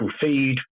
feed